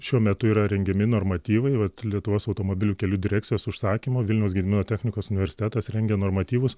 šiuo metu yra rengiami normatyvai vat lietuvos automobilių kelių direkcijos užsakymu vilniaus gedimino technikos universitetas rengia normatyvus